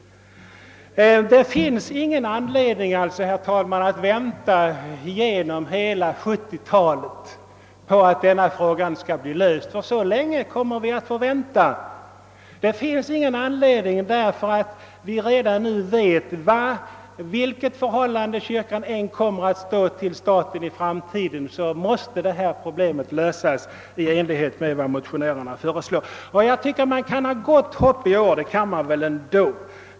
Det finns ingen rimlig anledning att vänta hela 1970-talet med att lösa denna fråga — så länge kommer vi att få vänta om utskottet får råda. I vilket förhållande kyrkan i framtiden än kommer att stå till staten, måste detta problem lösas i enlighet med vad motionärerna föreslår. Därför bör frågan lösas redan nu. Jag tycker ändå att man i år kan hysa goda förhoppningar.